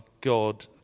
God